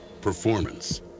performance